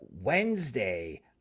Wednesday